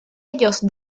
ellos